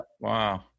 Wow